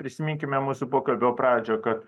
prisiminkime mūsų pokalbio pradžią kad